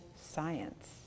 science